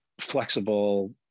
flexible